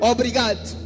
Obrigado